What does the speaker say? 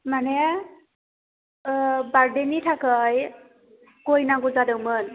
माने बार्थदेनि थाखाय गय नांगौ जादोंमोन